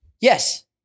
Yes